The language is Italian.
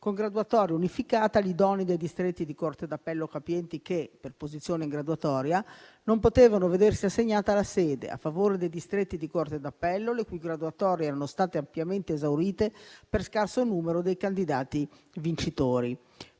con graduatoria unificata agli idonei dei distretti di corte d'appello capienti che, per posizione in graduatoria, non potevano vedersi assegnata la sede a favore dei distretti di corte d'appello le cui graduatorie erano state ampiamente esaurite per scarso numero dei candidati vincitori,